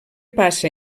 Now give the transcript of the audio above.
passa